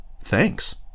thanks